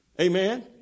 Amen